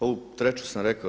Ovu treću sam rekao.